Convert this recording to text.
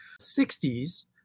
60s